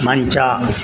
ಮಂಚ